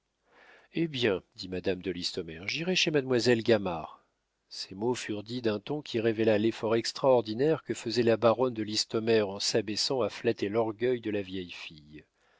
hé bien dit madame de listomère j'irai chez mademoiselle gamard ces mots furent dits d'un ton qui révéla l'effort extraordinaire que faisait la baronne de listomère en s'abaissant à flatter l'orgueil de la vieille fille